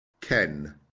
ken